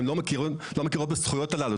הן לא מכירות בזכויות הללו.